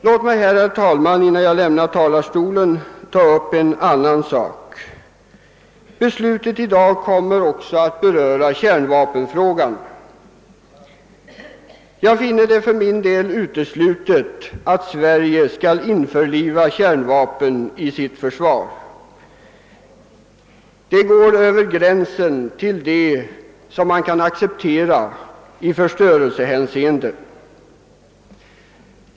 Låt mig, herr talman, innan jag lämnar talarstolen få ta upp en annan sak. Dagens beslut kommer också att beröra kärnvapenfrågan. För min del anser jag det uteslutet att Sverige skall införliva kärnvapen med sitt försvar. Det skulle överskrida gränsen för vad som kan accepteras i förstörelsehänseende.